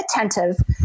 attentive